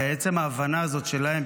ועצם ההבנה הזאת שלהם,